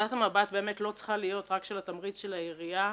נקודת המבט לא צריכה להיות רק של התמריץ של העירייה,